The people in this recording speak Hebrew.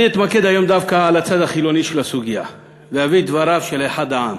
אתמקד היום דווקא בצד החילוני של הסוגיה ואביא את דבריו של אחד העם.